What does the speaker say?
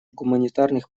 гуманитарных